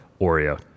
Oreo